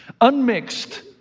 Unmixed